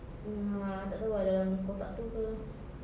uh I tak tahu ah dalam kotak itu ke